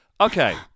Okay